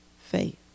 faith